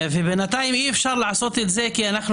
ובינתיים אי אפשר לעשות את זה כי אנחנו